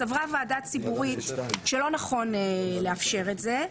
סברה הוועדה הציבורית שלא נכון לאפשר את זה.